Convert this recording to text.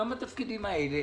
גם בתפקידים האלה,